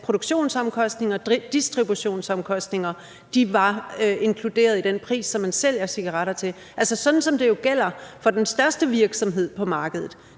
det mindste sørger for, at distributionsomkostningerne er inkluderet i den pris, som man sælger cigaretter til, altså sådan, som det jo gælder for den største virksomhed på markedet.